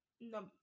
No